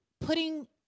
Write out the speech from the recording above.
putting